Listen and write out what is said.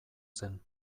zen